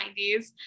90s